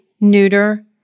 neuter